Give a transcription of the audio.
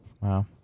Wow